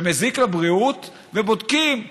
שמזיק לבריאות, ובודקים,